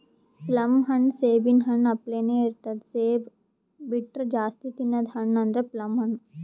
plum ಹಣ್ಣ್ ಸೇಬಿನ್ ಹಣ್ಣ ಅಪ್ಲೆನೇ ಇರ್ತದ್ ಸೇಬ್ ಬಿಟ್ರ್ ಜಾಸ್ತಿ ತಿನದ್ ಹಣ್ಣ್ ಅಂದ್ರ ಪ್ಲಮ್ ಹಣ್ಣ್